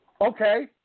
Okay